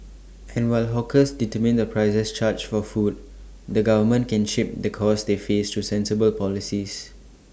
and while hawkers determine the prices charged for food the government can shape the costs they face through sensible policies